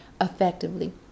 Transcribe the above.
effectively